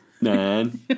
Man